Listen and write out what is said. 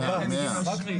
לכל קב"ס יש יותר....